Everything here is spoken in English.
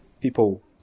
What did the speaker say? People